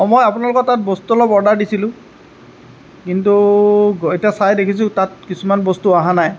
অ মই আপোনালোকৰ তাত বস্তু অলপ অৰ্ডাৰ দিছিলোঁ কিন্তু এতিয়া চাই দেখিছোঁ তাত কিছুমান বস্তু অহা নাই